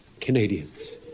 Canadians